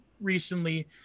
Recently